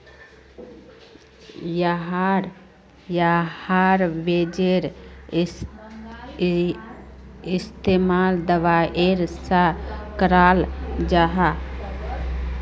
याहार बिजेर इस्तेमाल दवाईर सा कराल जाहा